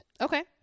Okay